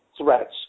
threats